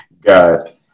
Got